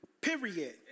Period